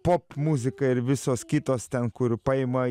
popmuzika ir visos kitos ten kur paima